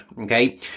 okay